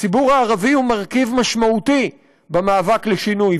הציבור הערבי הוא מרכיב משמעותי במאבק לשינוי,